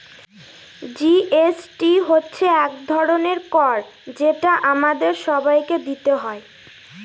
GST হচ্ছে এক ধরনের কর যেটা আমাদের সবাইকে দিতে হয়